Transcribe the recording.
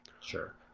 Sure